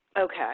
Okay